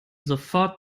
sofort